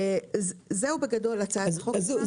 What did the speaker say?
זו בגדול הצעת החוק שלנו.